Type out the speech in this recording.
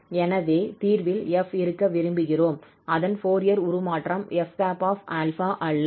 எனவே தீர்வில் 𝑓 இருக்க விரும்புகிறோம் அதன் ஃபோரியர் உருமாற்றம் 𝑓̂𝛼 அல்ல